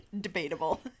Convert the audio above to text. Debatable